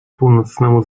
północnemu